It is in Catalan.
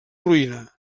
ruïna